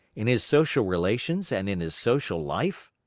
in his social relations and in his social life?